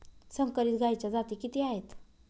संकरित गायीच्या जाती किती आहेत?